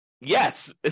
yes